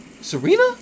Serena